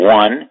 one